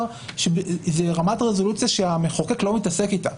זו רמת רזולוציה שהמחוקק לא מתעסק איתה,